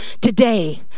today